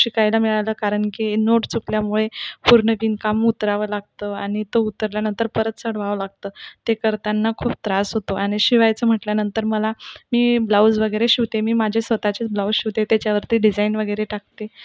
शिकायला मिळालं कारण की नोट चुकल्यामुळे पूर्ण विणकाम उतरावं लागतं आणि तो उतरल्यानंतर परत चढवावं लागतं ते करताना खूप त्रास होतो आणि शिवायचं म्हटल्यानंतर मला मी ब्लॉऊज वगैरे शिवते मी माझे स्वतःचेच ब्लॉउज शिवते त्याच्यावरती डिझाईन वगैरे टाकते